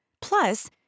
Plus